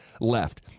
left